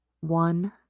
one